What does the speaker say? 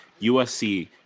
USC